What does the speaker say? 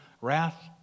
Wrath